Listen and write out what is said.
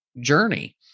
journey